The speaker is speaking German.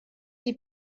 die